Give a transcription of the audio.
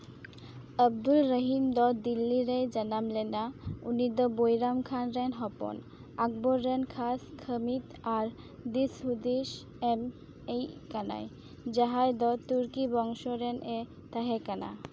ᱟᱵᱽᱫᱩᱞ ᱨᱚᱦᱤᱢ ᱫᱚ ᱫᱤᱞᱞᱤ ᱨᱮᱭ ᱡᱟᱱᱟᱢ ᱞᱮᱱᱟ ᱩᱱᱤ ᱫᱚ ᱵᱚᱭᱨᱟᱢ ᱠᱷᱟᱱ ᱨᱮᱱ ᱦᱚᱯᱚᱱ ᱟᱠᱵᱚᱨ ᱨᱮᱱ ᱠᱷᱟᱥ ᱠᱷᱟᱹᱢᱤᱫ ᱟᱨ ᱫᱤᱥ ᱦᱩᱫᱤᱥ ᱮᱢ ᱤᱡ ᱠᱟᱱᱟᱭ ᱡᱟᱦᱟᱸᱭ ᱫᱚ ᱛᱩᱨᱠᱤ ᱵᱚᱝᱥᱚ ᱨᱮᱱᱼᱮ ᱛᱟᱦᱮᱸ ᱠᱟᱱᱟ